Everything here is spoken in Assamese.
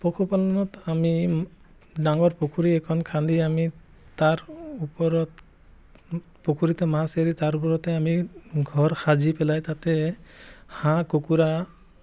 পশুপালনত আমি ডাঙৰ পুখুৰী এখন খান্দি আমি তাৰ ওপৰত পুখুৰীতে মাছ এৰি তাৰ ওপৰতে আমি ঘৰ সাজি পেলাই তাতে হাঁহ কুকুৰা